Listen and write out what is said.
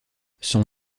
son